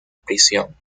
prisión